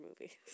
movies